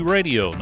Radio